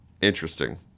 Interesting